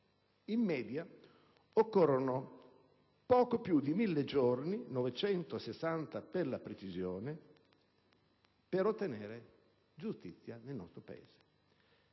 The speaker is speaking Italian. in media occorrono poco meno di mille giorni (960 per la precisione) per ottenere giustizia nel nostro Paese: